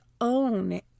own